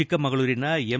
ಚಿಕ್ಕಮಗಳೂರಿನ ಎಂ